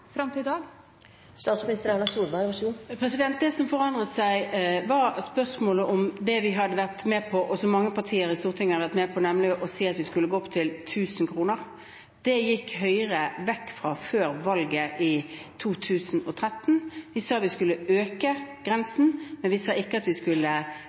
fram til i dag? Det som forandret seg, var spørsmålet om det vi – og mange andre partier i Stortinget – hadde vært med på, nemlig å si at vi skulle gå opp til 1 000 kr. Det gikk Høyre vekk fra før valget i 2013. Vi sa vi skulle heve grensen, men vi sa ikke at vi skulle